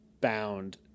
bound